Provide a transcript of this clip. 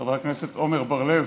חבר הכנסת עמר בר-לב,